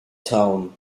thom